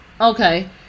okay